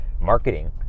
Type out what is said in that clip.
marketing